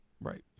right